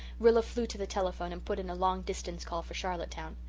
rilla flew to the telephone and put in a long-distance call for charlottetown.